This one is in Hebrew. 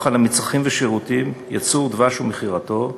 על מצרכים ושירותים (ייצור דבש ומכירתו),